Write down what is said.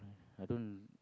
I don't